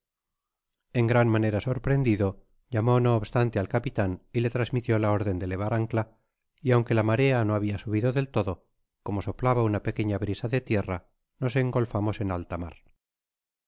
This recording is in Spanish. en gran manera sorprendido llamó no obstante al ca pitan y le transmitió la órden de levar encia y aunque la marea no habia subido del todo como soplaba una pequeña brisa de tierra nos engolfamos en alta mar